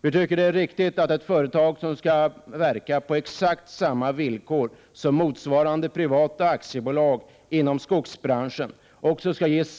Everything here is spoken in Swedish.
Vi tycker att det är riktigt att ett företag som skall verka på exakt samma villkor som motsvarande privata aktiebolag inom skogsbranschen också ges